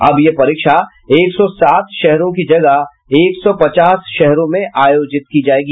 अब यह परीक्षा एक सौ सात शहरों की जगह एक सौ पचास शहरों में आयोजित की जाएगी